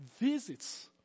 visits